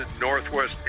Northwest